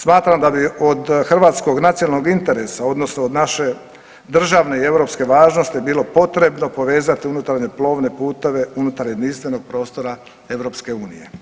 Smatram da bi od hrvatskog nacionalnog interesa odnosno od naše državne i europske važnosti bilo potrebno povezat unutarnje plovne puteve unutar jedinstvenog prostora EU.